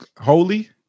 Holy